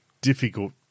difficult